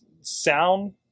Sound